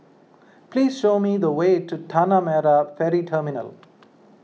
please show me the way to Tanah Merah Ferry Terminal